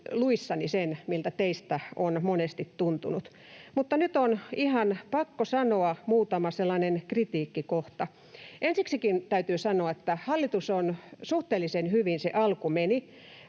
luissani sen, miltä teistä on monesti tuntunut. Mutta nyt on ihan pakko sanoa muutama kritiikkikohta. Ensiksikin täytyy sanoa, että hallitukselta meni suhteellisen hyvin alku